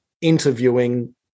interviewing